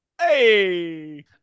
Hey